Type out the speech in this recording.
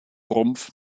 rumpf